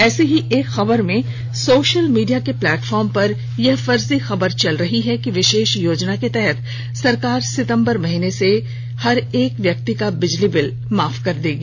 ऐसी ही एक खबर में सोशल मीडिया के प्लेटफार्मो पर यह फर्जी खबर चल रही है कि विशेष योजना के तहत सरकार सितम्बर माह से हर एक व्यक्ति का बिजली बिल माफ कर देगी